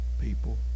people